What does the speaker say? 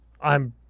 I'm-